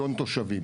תושבים.